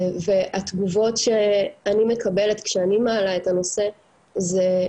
והתגובות אני מקבלת כשאני מעלה את הנושא זה,